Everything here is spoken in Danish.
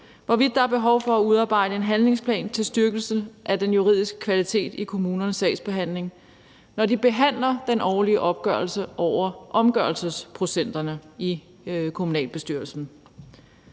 hvorvidt der er behov for at udarbejde en handlingsplan til styrkelse af den juridiske kvalitet i kommunernes sagsbehandling, når de behandler den årlige opgørelse over omgørelsesprocenterne i kommunalbestyrelserne.